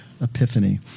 Epiphany